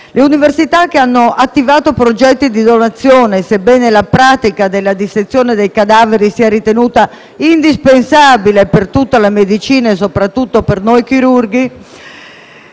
Le università che hanno attivato progetti di donazione, sebbene la pratica della dissezione dei cadaveri sia ritenuta indispensabile per tutta la medicina e soprattutto per noi chirurghi,